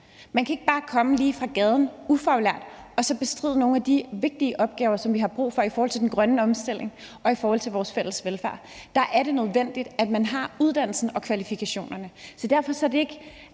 Man kan ikke bare lige komme ind fra gaden som ufaglært og så bestride nogle af de vigtige opgaver, som vi har brug for i forhold til den grønne omstilling og i forhold til vores fælles velfærd. Der er det nødvendigt, at man har uddannelsen og kvalifikationerne.